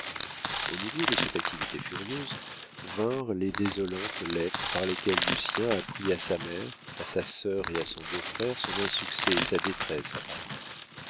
au milieu de cette activité furieuse vinrent les désolantes lettres par lesquelles lucien apprit à sa mère à sa sœur et à son beau-frère son insuccès et sa détresse à paris